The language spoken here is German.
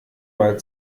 mal